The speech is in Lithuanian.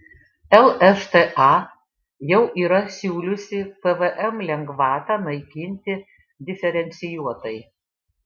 lšta jau yra siūliusi pvm lengvatą naikinti diferencijuotai